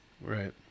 right